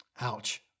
Ouch